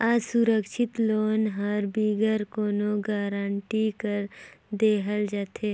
असुरक्छित लोन हर बिगर कोनो गरंटी कर देहल जाथे